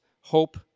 hope